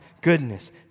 goodness